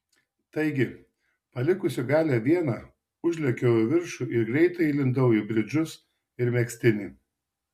taigi palikusi galią vieną užlėkiau į viršų ir greitai įlindau į bridžus ir megztinį